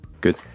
good